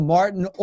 Martin